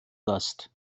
gast